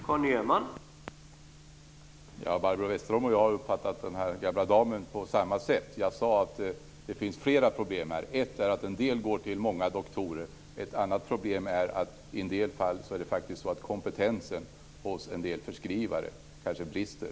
Herr talman! Barbro Westerholm och jag har uppfattat den gamla damen på samma sätt. Jag sade att det finns flera problem här. Ett problem är att en del går till många doktorer. Ett annat problem är att kompetensen hos en del förskrivare i vissa fall kanske brister.